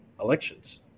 elections